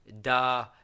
Da